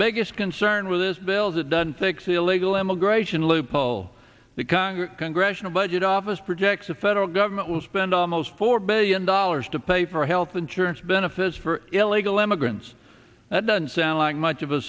biggest concern with this bill is it doesn't fix the illegal immigration loophole that congress congressional budget office projects the federal government will spend almost four billion dollars to pay for health insurance benefits for illegal immigrants that doesn't sound like much of a